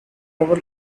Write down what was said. oval